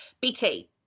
BT